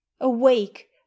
awake